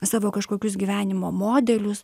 savo kažkokius gyvenimo modelius